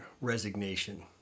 Resignation